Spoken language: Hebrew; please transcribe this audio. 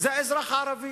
זה האזרח הערבי.